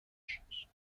chanson